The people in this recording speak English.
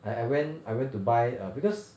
I I went I went to buy err because